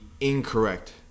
incorrect